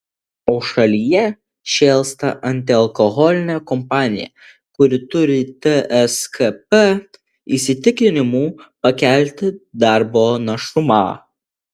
o šalyje šėlsta antialkoholinė kampanija kuri turi tskp įsitikinimu pakelti darbo našumą